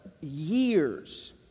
years